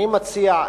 אני מציע,